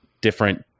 different